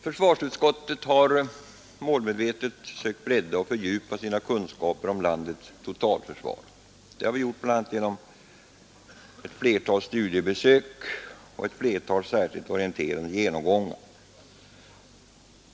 Försvarsutskottet har målmedvetet sökt bredda och fördjupa sina kunskaper om landets totalförsvar, bl.a. genom ett flertal studiebesök och särskilda orienterande genomgångar.